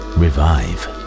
revive